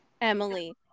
Emily